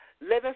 living